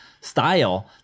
style